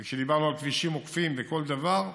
כשדיברנו על כבישים עוקפים בכל דבר,